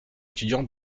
étudiant